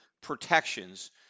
protections